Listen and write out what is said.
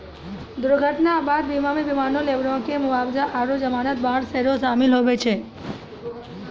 दुर्घटना आपात बीमा मे विमानो, लेबरो के मुआबजा आरु जमानत बांड सेहो शामिल होय छै